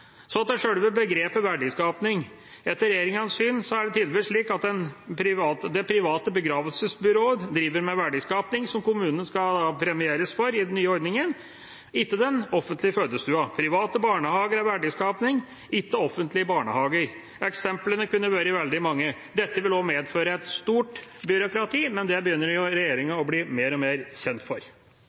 Så til selve begrepet «verdiskaping»: Etter regjeringas syn er det tydeligvis slik at det private begravelsesbyrået driver med verdiskaping, som kommunene da skal premieres for i den nye ordningen – ikke den offentlige fødestua. Private barnehager er verdiskaping – ikke offentlige barnehager. Eksemplene kunne vært veldig mange. Dette vil også medføre et stort byråkrati, men det begynner jo regjeringa å bli mer og mer kjent for.